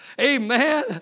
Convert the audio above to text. Amen